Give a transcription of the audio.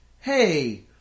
hey